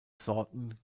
sorten